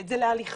אלא זה להליכה,